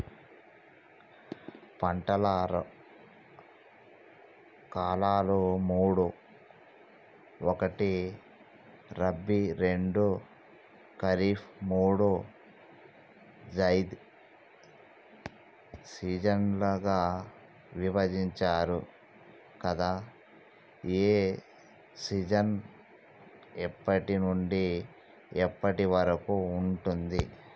పంటల కాలాలు మూడు ఒకటి రబీ రెండు ఖరీఫ్ మూడు జైద్ సీజన్లుగా విభజించారు కదా ఏ సీజన్ ఎప్పటి నుండి ఎప్పటి వరకు ఉంటుంది?